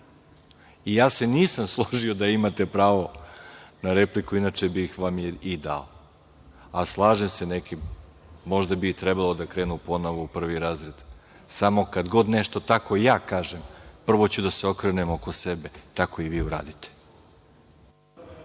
Ja se nisam složio da imate pravo na repliku, inače bih vam je dao, a slažem se da bi neki možda trebali da krenu ponovo u prvi razred. Samo kad god ja tako nešto kažem, prvo ću da se okrenem oko sebe, pa i vi tako